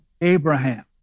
Abraham